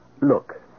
Look